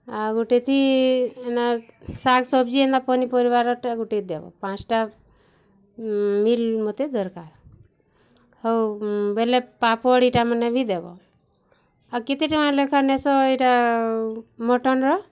ଆଉ ଗୋଟେ ଥି ଏନାର୍ ଶାଗ୍ ସବ୍ଜି ଏନ୍ତା ପନିପରିବାର୍ଟା ଗୋଟେ ଦବ ପାଞ୍ଚ୍ଟା ମିଲ୍ ମତେ ଦର୍କାର୍ ହଉ ବେଲେ ପାପଡ଼୍ ଇଟାମାନେ ବି ଦେବ ଆର୍ କେତେ ଟଙ୍କା ଲେଖା ନେଇସଁ ଏଟା ମଟନ୍ର